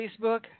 Facebook